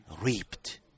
reaped